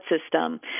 system